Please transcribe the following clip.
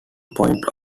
points